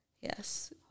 Yes